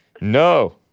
No